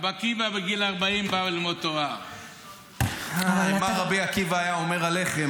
רבי עקיבא בא ללמוד תורה בגיל 40. מה רבי עקיבא היה אומר עליכם,